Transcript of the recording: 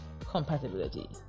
compatibility